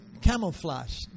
camouflage